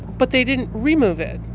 but they didn't remove it.